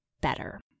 better